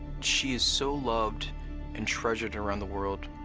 she is so loved and treasured around the world.